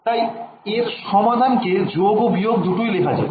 তাই এর সমাধান কে যোগ ও বিয়োগ দুটোই লেখা হল